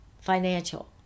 financial